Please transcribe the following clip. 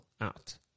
out